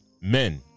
men